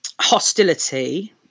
hostility